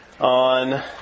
on